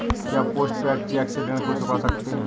क्या postpaid cheque से ऋण को चुका सकते हैं?